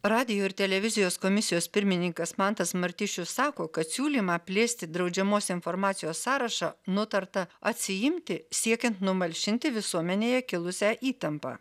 radijo ir televizijos komisijos pirmininkas mantas martišius sako kad siūlymą plėsti draudžiamos informacijos sąrašą nutarta atsiimti siekiant numalšinti visuomenėje kilusią įtampą